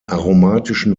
aromatischen